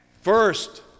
First